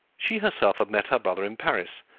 she herself had met her brother in paris,